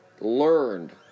learned